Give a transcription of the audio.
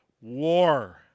war